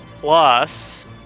plus